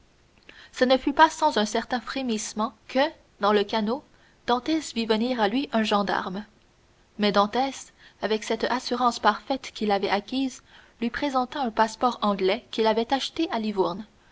ce ne fut pas sans un certain frémissement que dans le canot dantès vit venir à lui un gendarme mais dantès avec cette assurance parfaite qu'il avait acquise lui présenta un passeport anglais qu'il avait acheté à livourne